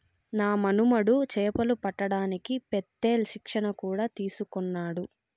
నా మనుమడు చేపలు పట్టడానికి పెత్తేల్ శిక్షణ కూడా తీసుకున్నాడు